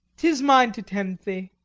tis mine to tend thee.